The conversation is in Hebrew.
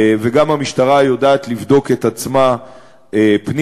וגם המשטרה יודעת לבדוק את עצמה פנימה.